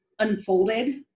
unfolded